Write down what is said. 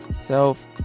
Self